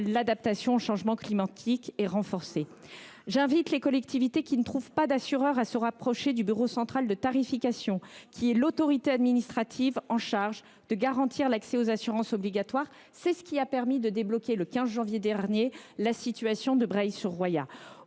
l’adaptation au changement climatique, est également renforcé. J’invite les collectivités qui ne trouvent pas d’assureurs à se rapprocher du bureau central de tarification (BCT), soit l’autorité administrative chargée de garantir l’accès aux assurances obligatoires. C’est lui qui a permis de débloquer la situation à Breil sur Roya,